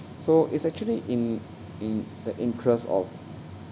so is actually in in the interest of